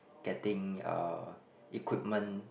getting uh equipment